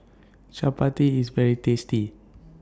Chapati IS very tasty